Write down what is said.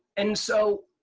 and so,